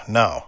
no